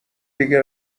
دیگه